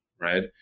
right